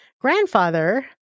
grandfather